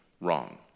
wrong